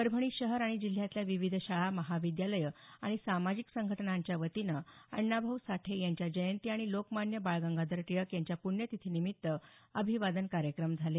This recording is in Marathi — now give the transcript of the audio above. परभणी शहर आणि जिल्ह्यातल्या विविध शाळा महाविद्यालयं आणि सामाजिक संघटनांच्या वतीनं अण्णाभाऊ साठे यांची जयंती आणि लोकमान्य बाळ गंगाधर टिळक यांच्या प्ण्यतिथिनिमित्त अभिवादन कार्यक्रम झाले